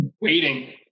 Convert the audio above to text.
waiting